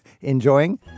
enjoying